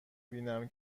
بینم